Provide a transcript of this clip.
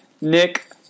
Nick